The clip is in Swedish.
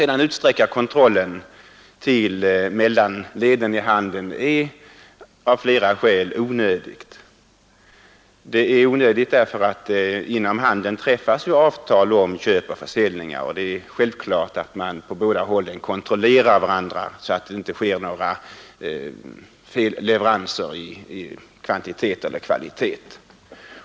Att utsträcka kontrollen till mellanleden i handeln är av flera skäl onödigt, bl.a. därför att det inom handeln träffas avtal om köp och försäljningar. Det är då självklart att man på båda hållen kontrollerar varandra så att det inte sker några felleveranser i fråga om kvantitet eller kvalitet.